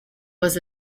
was